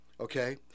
Okay